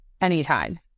anytime